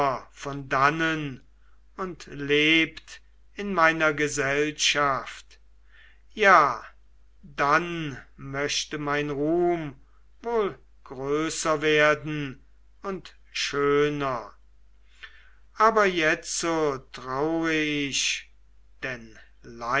von dannen und lebt in meiner gesellschaft ja dann möchte mein ruhm wohl größer werden und schöner aber jetzo traur ich denn